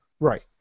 Right